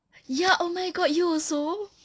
ya oh my god you also